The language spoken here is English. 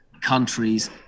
countries